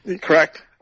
Correct